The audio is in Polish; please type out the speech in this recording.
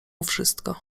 wszystko